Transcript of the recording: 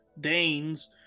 Danes